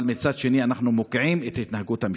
אבל מצד שני, אנחנו מוקיעים את התנהגות המשטרה.